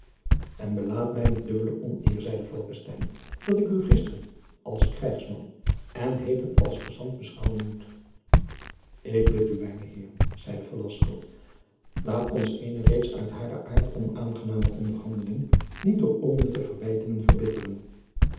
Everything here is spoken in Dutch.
en belaadt mij met dubbele oneer zeide falckestein dat ik u gisteren als krijgsman en heden als gezant beschouwen moet ik bid u mijne heeren zeide velasco laat ons eene reeds uit haren aart onaangename onderhandeling niet door onnutte verwijtingen verbitteren